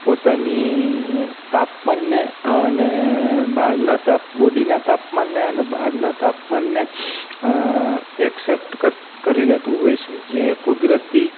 પોતાની તાપમાનને અને બહારના તાપ બોડીના તાપમાનને અને બહારના તાપમાનને એક્સેપ્ટ કરી લેતું હોય છે જે કુદરતી